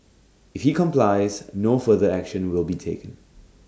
if he complies no further action will be taken